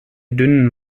dünnen